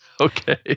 Okay